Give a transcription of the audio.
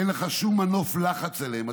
אין לך שום מנוף לחץ עליהם.